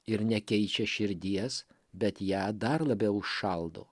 ir nekeičia širdies bet ją dar labiau užšaldo